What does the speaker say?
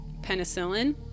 Penicillin